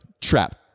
trap